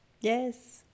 yes